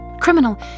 Criminal